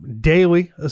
daily